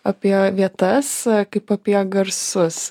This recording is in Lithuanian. apie vietas kaip apie garsus